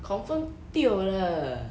confirm 对了